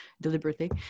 deliberately